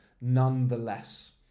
nonetheless